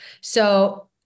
So-